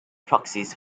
proxies